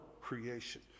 creation